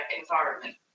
environment